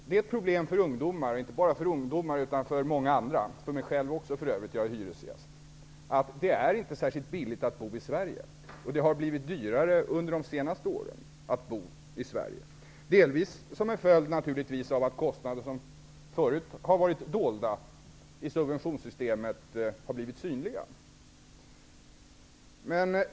Det är problem för inte bara ungdomar utan även för många andra -- också för mig själv, för jag är hyresgäst -- att det inte är särskilt billigt att bo i Sverige. Det har blivit dyrare under de senaste åren, delvis naturligtvis som en följd av att kostnader som förut har varit dolda i subventionssystemet nu har blivit synliga.